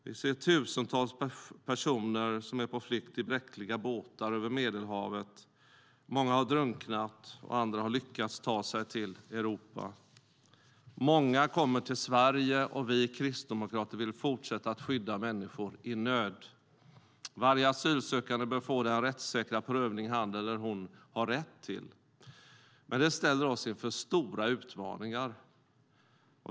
Vi ser tusentals personer som är på flykt i bräckliga båtar över Medelhavet. Många har drunknat. Andra har lyckats ta sig till Europa.Många kommer till Sverige, och vi kristdemokrater vill fortsätta att skydda människor i nöd. Varje asylsökande bör få den rättssäkra prövning som han eller hon har rätt till. Men det ställer oss inför stora utmaningar.